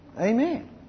Amen